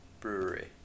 Brewery